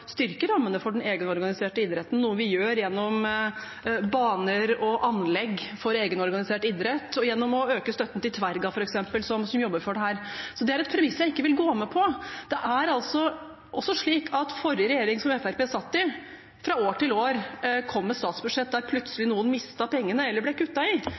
egenorganiserte idretten, noe vi gjør gjennom baner og anlegg for egenorganisert idrett og ved å øke støtten til f.eks. Tverga, som jobber for dette. Så det er et premiss jeg ikke vil gå med på. Det er også slik at den forrige regjeringen, som Fremskrittspartiet satt i, fra år til år kom med statsbudsjett der noen plutselig mistet pengene eller det ble kuttet i